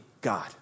God